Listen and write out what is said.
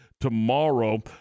tomorrow